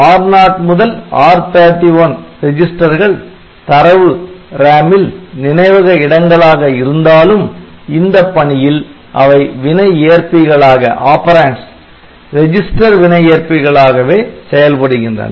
R0 முதல் R31 ரெஜிஸ்டர்கள் தரவு RAM ல் நினைவக இடங்களாக இருந்தாலும் இந்த பணியில் அவை வினை ஏற்பிகளாக ரெஜிஸ்டர் வினை ஏற்பிகளாகவே செயல்படுகின்றன